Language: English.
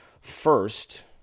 first